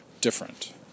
different